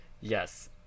Yes